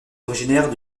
originaire